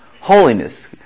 Holiness